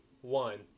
one